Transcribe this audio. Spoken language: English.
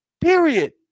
period